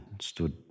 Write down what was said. stood